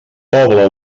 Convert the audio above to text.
poble